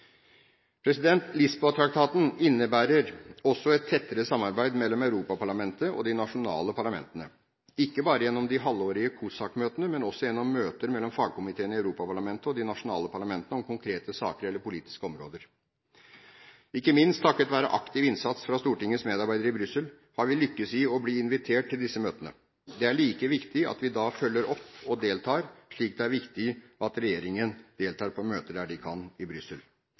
innebærer også et tettere samarbeid mellom Europaparlamentet og de nasjonale parlamentene – ikke bare gjennom de halvårlige COSAC-møtene, men også gjennom møter mellom fagkomiteene i Europaparlamentet og i de nasjonale parlamentene om konkrete saker eller politiske områder. Ikke minst takket være aktiv innsats fra Stortingets medarbeider i Brussel, har vi lyktes i å bli invitert til disse møtene. Det er like viktig at vi da følger opp og deltar, slik det er viktig at regjeringen deltar på møter der de kan i Brussel.